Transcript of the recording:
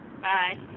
Bye